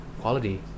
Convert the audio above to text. quality